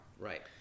Right